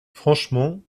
franchement